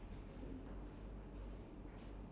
like for us we are used to it already